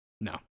No